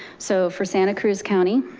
so for santa cruz county,